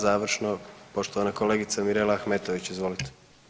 Završno poštovana kolegica Mirela Ahmetović izvolite.